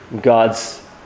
God's